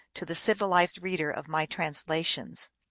to the civilized reader of my translations.